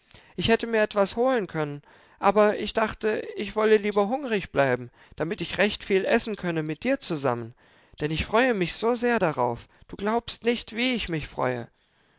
ich hätte mir etwas holen können aber ich dachte ich wolle lieber hungrig bleiben damit ich recht viel essen könne mit dir zusammen denn ich freue mich so sehr darauf du glaubst nicht wie ich mich freue